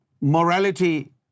morality